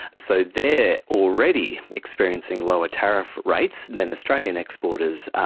so they are already experiencing lower tariff rates than australian exporters are.